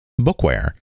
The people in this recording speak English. bookware